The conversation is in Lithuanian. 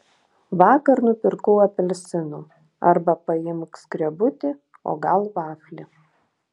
vakar nupirkau apelsinų arba paimk skrebutį o gal vaflį